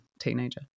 teenager